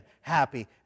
happy